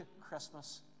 Christmas